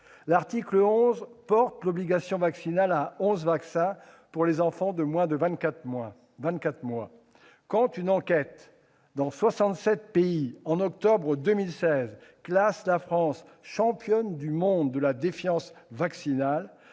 L'article 11 porte l'obligation vaccinale à onze vaccins pour les enfants de moins de 24 mois. Quand une enquête réalisée dans soixante-sept pays en octobre 2016 classe la France championne du monde de la défiance vaccinale,